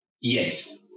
yes